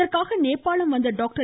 இதற்காக நேபாளம் வந்த டாக்டர்